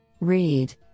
Read